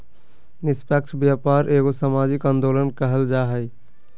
निस्पक्ष व्यापार एगो सामाजिक आंदोलन कहल जा हइ